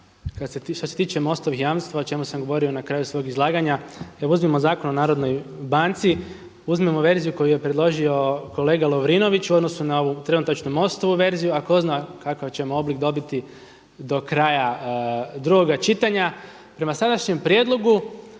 što se tiče MOST-ovim jamstava o čemu sam govorio na kraju svog izlaganja evo uzmimo Zakon o Narodnoj banci, uzmimo verziju koju je predložio kolega Lovrinović u odnosu na ovu trenutačnu MOST-ovu verziju, a tko zna kakav ćemo oblik dobiti do kraja drugoga čitanja. Prema sadašnjem prijedlog